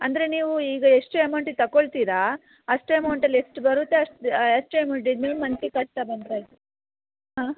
ಅಂದರೆ ನೀವು ಈಗ ಎಷ್ಟು ಎಮೌಂಟಿಗೆ ತಗೊಳ್ತೀರ ಅಷ್ಟು ಎಮೌಂಟಲ್ಲಿ ಎಷ್ಟು ಬರುತ್ತೆ ಅಷ್ಟು ಅಷ್ಟು ನೀವು ಮಂತಿಗೆ ಕಟ್ತಾ ಬಂದರಾಯ್ತು ಹಾಂ